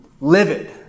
livid